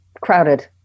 crowded